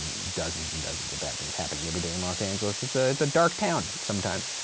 dozens and dozens of bad things happening everyday in los angeles. it's ah it's a dark town sometimes.